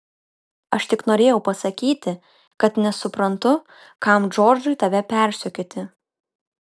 aš tik norėjau pasakyti kad nesuprantu kam džordžui tave persekioti